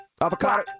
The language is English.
Avocado